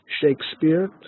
Shakespeare